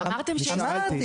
אמרתי.